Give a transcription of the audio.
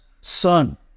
son